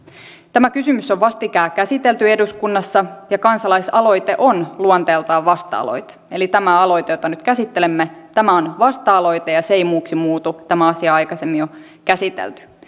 tämä kysymys on vastikään käsitelty eduskunnassa ja kansalaisaloite on luonteeltaan vasta aloite eli tämä aloite jota nyt käsittelemme tämä on vasta aloite ja se ei muuksi muutu tämä asia on aikaisemmin jo käsitelty